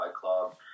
Club